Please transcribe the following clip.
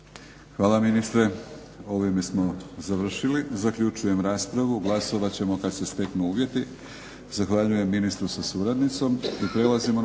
Hvala ministre. Ovime smo završili. Zaključujem raspravu. Glasovat ćemo kada se steknu uvjeti. Zahvaljujem ministru sa suradnicom.